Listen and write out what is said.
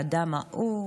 האדם ההוא,